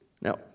Now